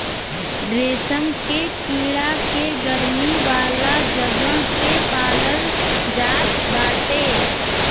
रेशम के कीड़ा के गरमी वाला जगह पे पालाल जात बाटे